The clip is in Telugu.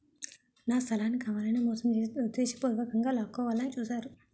నా స్థలాన్ని కావాలనే మోసం చేసి ఉద్దేశపూర్వకంగా లాక్కోవాలని చూశారు